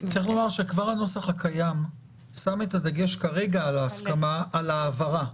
צריך לומר שכבר הנוסח הקיים שם את הדגש כרגע על ההסכמה על ההעברה.